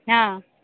आं